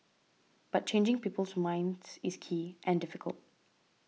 but changing people's minds is key and difficult